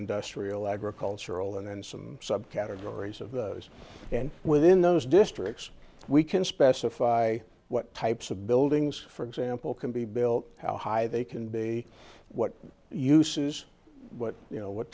industrial agricultural and some subcategories of and within those districts we can specify what types of buildings for example can be built how high they can be what uses what you know what